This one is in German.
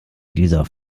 dieser